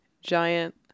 giant